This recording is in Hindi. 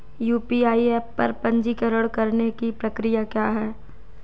यू.पी.आई ऐप पर पंजीकरण करने की प्रक्रिया क्या है?